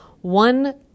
One